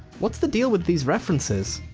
what's the deal with these references?